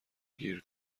گیر